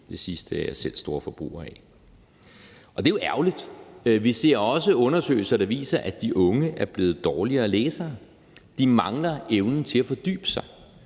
det sidste er jeg selv storforbruger af – og det er jo ærgerligt. Vi ser også undersøgelser, der viser, at de unge er blevet dårligere læsere. De mangler evnen til at fordybe sig